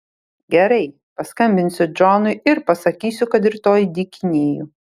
gerai paskambinsiu džonui ir pasakysiu kad rytoj dykinėju